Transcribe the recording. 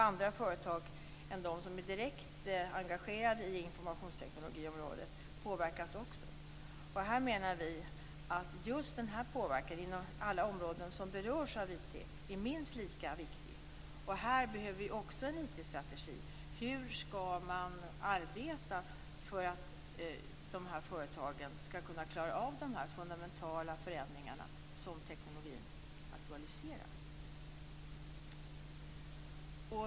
Andra företag än de som är direkt engagerade i informationsteknikområdet påverkas också. Vi menar att just denna påverkan på alla områden som berörs av IT är minst lika viktig. Här behöver vi också en IT-strategi. Hur skall man arbeta för att företagen skall kunna klara av de fundamentala förändringar som tekniken aktualiserar?